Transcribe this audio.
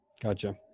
Gotcha